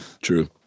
True